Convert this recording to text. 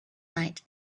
night